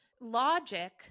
Logic